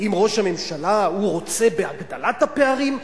האם ראש הממשלה רוצה בהגדלת הפערים?